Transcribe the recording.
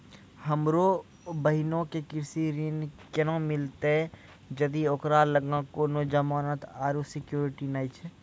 हमरो बहिनो के कृषि ऋण केना मिलतै जदि ओकरा लगां कोनो जमानत आरु सिक्योरिटी नै छै?